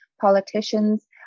politicians